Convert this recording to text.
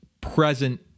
present